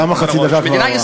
גם חצי הדקה כבר עברה.